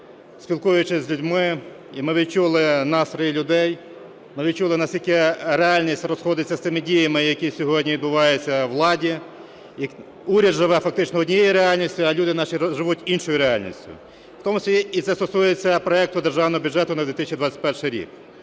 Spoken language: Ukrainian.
Спілкуючись з людьми, ми відчули настрої людей, ми відчули, наскільки реальність розходиться з тими діями, які сьогодні відбуваються у владі. Уряд живе фактично однією реальністю, а люди наші живуть іншою реальністю. В тому числі і це стосується проекту Державного бюджету на 2021 рік.